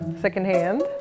secondhand